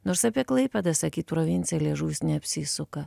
nors apie klaipėdą sakyt provincija liežuvis neapsisuka